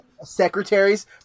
secretaries